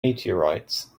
meteorites